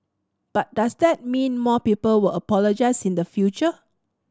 but does that mean more people will apologise in the future